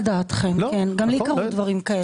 גם לי קרו דברים כאלה.